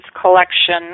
collection